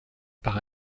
par